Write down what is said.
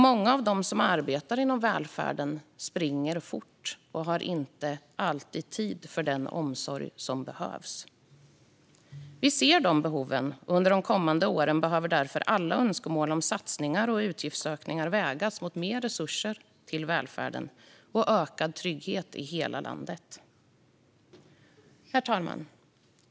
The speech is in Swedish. Många av dem som arbetar inom välfärden springer fort och har inte alltid tid för den omsorg som behövs. Vi ser behoven. Under de kommande åren behöver därför alla önskemål om satsningar och utgiftsökningar vägas mot mer resurser till välfärden och ökad trygghet i hela landet. Herr talman!